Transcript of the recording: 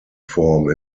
form